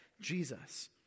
Jesus